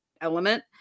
element